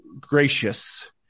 gracious